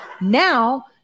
Now